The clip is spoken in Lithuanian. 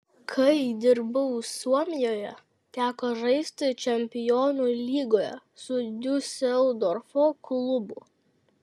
kai dirbau suomijoje teko žaisti čempionų lygoje su diuseldorfo klubu